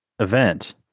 event